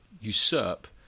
usurp